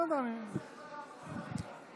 איך זה יכול להיות שני שרים?